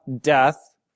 death